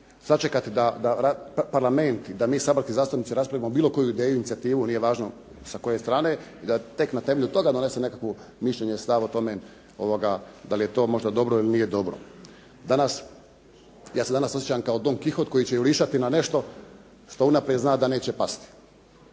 da Parlament i da mi saborski zastupnici raspravimo bilo koju ideju, inicijativu, nije važno sa koje strane je, i da tek na temelju toga donese nekakvo mišljenje, stav o tome da li je to možda dobro ili nije dobro. Danas, ja se danas osjećam kao Don Quihote koji će jurišati na nešto, što unaprijed zna da neće pasti.